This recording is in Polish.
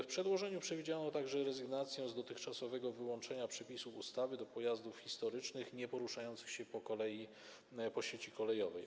W przedłożeniu przewidziano także rezygnację z dotychczasowego wyłączenia przepisów ustawy do pojazdów historycznych nieporuszających się po sieci kolejowej.